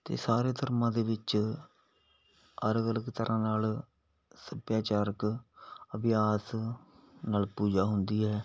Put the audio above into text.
ਅਤੇ ਸਾਰੇ ਧਰਮਾਂ ਦੇ ਵਿੱਚ ਅਲੱਗ ਅਲੱਗ ਤਰ੍ਹਾਂ ਨਾਲ ਸੱਭਿਆਚਾਰਕ ਅਭਿਆਸ ਨਾਲ ਪੂਜਾ ਹੁੰਦੀ ਹੈ